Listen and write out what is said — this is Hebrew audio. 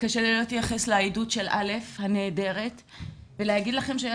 קשה לי לא להתייחס לעדות של א' הנהדרת ולהגיד לכן שאני